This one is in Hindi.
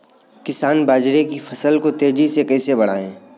किसान बाजरे की फसल को तेजी से कैसे बढ़ाएँ?